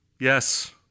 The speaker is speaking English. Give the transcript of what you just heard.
Yes